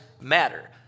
matter